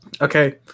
Okay